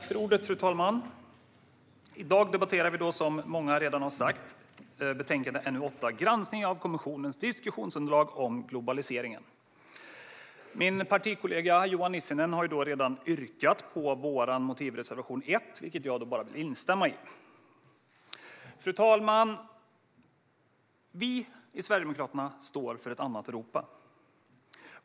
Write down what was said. Fru talman! I dag debatterar vi, som många redan har sagt, utlåtande NU8 Granskning av kommissionens diskussionsunderlag om globaliser ingen . Min partikollega Johan Nissinen har redan yrkat bifall till vår motivreservation nr 1, vilket jag vill instämma i. Fru talman! Vi i Sverigedemokraterna står för ett annat Europa.